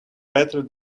better